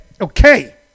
okay